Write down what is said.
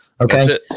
Okay